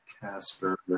Casper